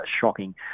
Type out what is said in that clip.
shocking